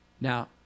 Now